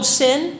sin